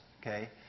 okay